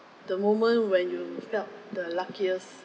the moment when you felt the luckiest